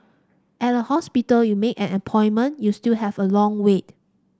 at a hospital you make an appointment you still have a long wait